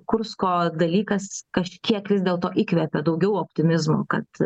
kursko dalykas kažkiek vis dėlto įkvepia daugiau optimizmo kad